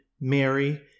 Mary